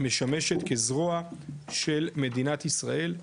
משמשת כזרוע של מדינת ישראל,